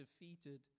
defeated